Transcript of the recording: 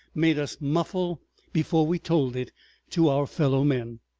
made us muffle before we told it to our fellow-men.